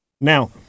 Now